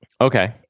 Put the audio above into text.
Okay